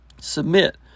submit